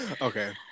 Okay